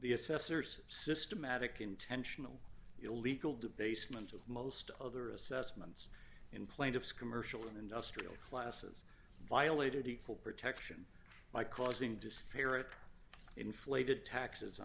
the assessor's systematic intentional illegal debasement of most other assessments in plaintiff's commercial and industrial classes violated equal protection by causing disparate inflated taxes